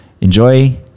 enjoy